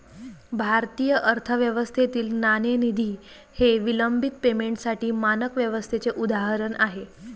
भारतीय अर्थव्यवस्थेतील नाणेनिधी हे विलंबित पेमेंटसाठी मानक व्यवस्थेचे उदाहरण आहे